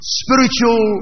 spiritual